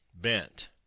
bent